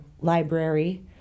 library